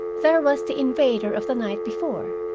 there was the invader of the night before,